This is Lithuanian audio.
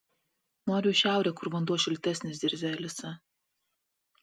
noriu į šiaurę kur vanduo šiltesnis zirzia alisa